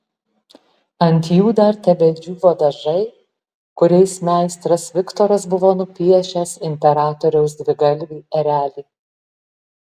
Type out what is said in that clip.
ant jų dar tebedžiūvo dažai kuriais meistras viktoras buvo nupiešęs imperatoriaus dvigalvį erelį